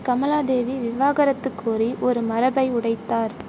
கமலாதேவி விவாகரத்து கோரி ஒரு மரபை உடைத்தார்